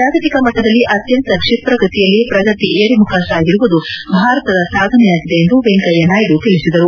ಜಾಗತಿಕ ಮಟ್ಟದಲ್ಲಿ ಅತ್ತಂತ ಕ್ಷಿಪ್ರ ಗತಿಯಲ್ಲಿ ಪ್ರಗತಿ ಏರುಮುಖ ಸಾಗಿರುವುದು ಭಾರತದ ಸಾಧನೆಯಾಗಿದೆ ಎಂದು ವೆಂಕಯ್ಹನಾಯ್ದು ತಿಳಿಸಿದರು